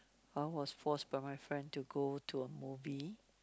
I was forced by my friend to go to a movie